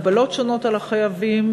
מגבלות שונות על החייבים,